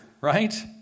right